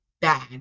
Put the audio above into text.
bad